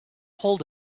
hold